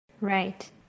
Right